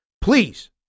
please